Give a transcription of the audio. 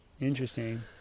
Interesting